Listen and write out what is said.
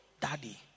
daddy